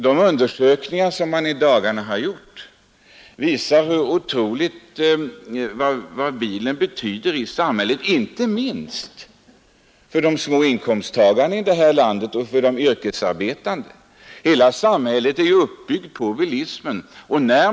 De undersökningar som man i dagarna har gjort visar vad bilen betyder i samhället inte minst för de små inkomsttagarna och för de yrkesarbetande. Hela samhället är ju uppbyggt på bilismen.